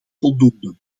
voldoende